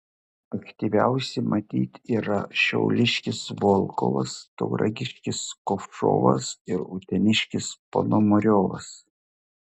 aktyviausi matyt yra šiauliškis volkovas tauragiškis kovšovas ir uteniškis ponomariovas